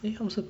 eh 他们是